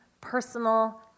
personal